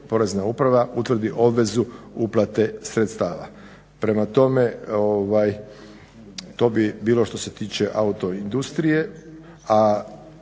Porezna uprava utvrdi obvezu uplate sredstava. Prema tome to bi bilo što se tiče autoindustrije, a